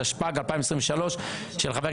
התשפ"ג 2023 (פ/3168/25)